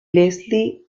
leslie